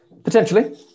Potentially